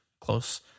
close